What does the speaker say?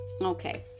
Okay